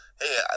hey